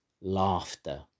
laughter